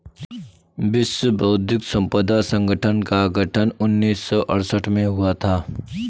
विश्व बौद्धिक संपदा संगठन का गठन उन्नीस सौ सड़सठ में हुआ था